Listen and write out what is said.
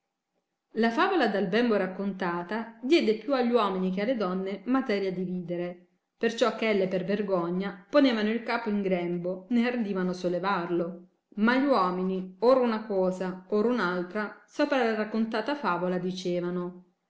la favola dal bembo raccontata diede più a gli uomini che alle donne materia di ridere perciò che elle per vergogna ponevano il capo in grembo né ardivano sollevarlo ma gli uomini ora una cosa ora un altra sopra la raccontata favola dicevano